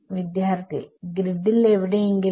വിദ്യാർത്ഥി ഗ്രിഡിൽ എവിടെ എങ്കിലും